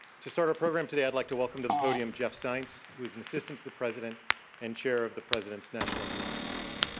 to start our program today, i'd like to welcome to the podium, jeff zients, who is an assistant to the president and chair of the president's national economic council.